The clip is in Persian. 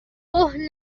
اوه